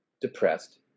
depressed